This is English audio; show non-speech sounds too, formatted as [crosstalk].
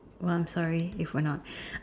well I'm sorry if we're not [breath]